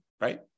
Right